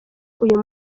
uyu